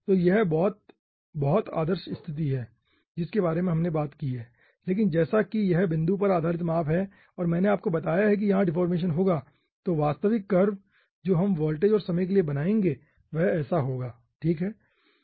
तो यह बहुत बहुत आदर्श स्तिथि है जिसके बारे में हमने बात की है लेकिन जैसा कि यह बिंदु पर आधारित माप है और मैंने आपको बताया कि यहां डेफोर्मेशन होगा तो वास्तविक कर्व जो हम वोल्टेज और समय के लिए बनाएंगे वह ऐसा होगा ठीक है